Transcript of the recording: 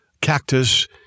cactus